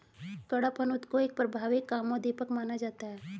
कडपहनुत को एक प्रभावी कामोद्दीपक माना जाता है